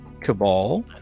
Cabal